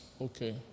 Okay